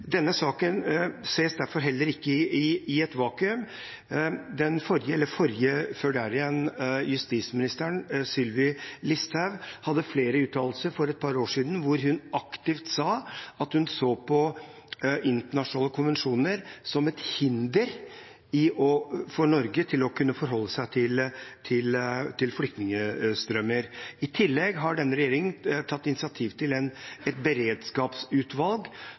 Denne saken ses derfor heller ikke i et vakuum. Tidligere justisminister Sylvi Listhaug hadde flere uttalelser for et par år siden hvor hun aktivt sa at hun så på internasjonale konvensjoner som et hinder for Norge for å kunne forholde seg til flyktningstrømmer. I tillegg har denne regjeringen tatt initiativ til et beredskapsutvalg